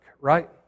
right